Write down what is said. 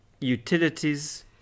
utilities